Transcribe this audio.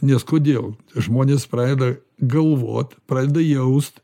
nes kodėl žmonės pradeda galvot pradeda jaust